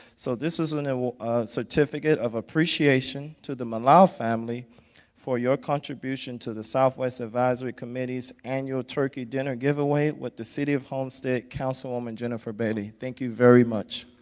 so this is a you know um certificate of appreciation to the melau family for your contribution to the southwest advisory committee's annual turkey dinner giveaway with the city of homestead councilwoman jenifer bailey. thank you very much.